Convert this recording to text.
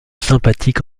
sympathique